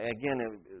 Again